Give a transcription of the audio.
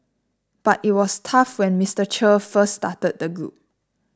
but it was tough when Mister Che first started the group